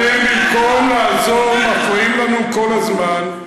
ואתם במקום לעזור מפריעים לנו כל הזמן.